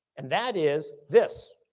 and that is this,